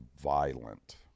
violent